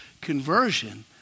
Conversion